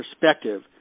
perspective